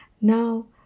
Now